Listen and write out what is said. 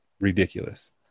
Ridiculous